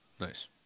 Nice